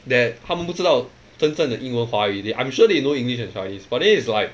that 他们不知道真正的英文华语 they I'm sure they know english and chinese but it's like